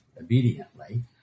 obediently